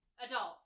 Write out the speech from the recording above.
Adults